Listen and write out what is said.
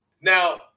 Now